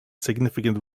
significant